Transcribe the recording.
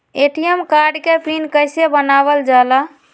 ATM card के PIN कैसे बनावल जाला?